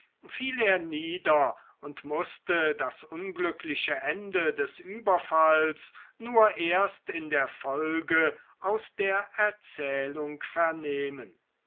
er nieder und mußte das unglückliche ende des überfalls nur erst in der folge aus der erzählung vernehmen